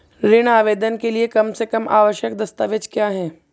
ऋण आवेदन के लिए कम से कम आवश्यक दस्तावेज़ क्या हैं?